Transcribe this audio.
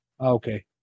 Okay